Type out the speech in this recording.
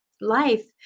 life